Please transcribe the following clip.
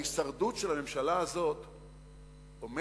ההישרדות של הממשלה הזאת עומדת